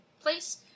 place